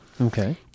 Okay